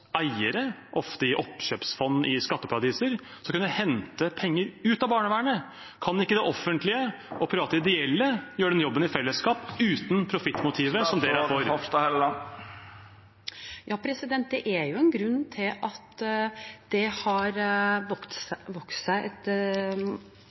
eiere, ofte i oppkjøpsfond i skatteparadiser, skal kunne hente penger ut av barnevernet? Kan ikke det offentlige og private, ideelle gjøre den jobben i fellesskap, uten det profittmotivet som dere er for? Det er jo en grunn til at det har